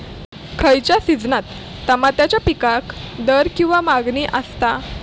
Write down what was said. खयच्या सिजनात तमात्याच्या पीकाक दर किंवा मागणी आसता?